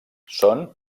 són